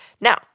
Now